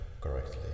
correctly